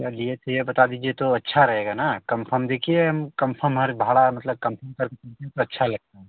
क्या लिए थे यह बता दीजिए तो अच्छा रहेगा ना कंफर्म देखिए हम कंफर्म हमारा भाड़ा मतलब कंफर्म कर अच्छा लगता है